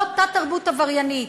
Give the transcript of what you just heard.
כמו תת-תרבות עבריינית,